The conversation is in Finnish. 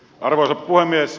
arvoisa puhemies